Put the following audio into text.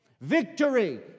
Victory